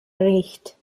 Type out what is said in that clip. riecht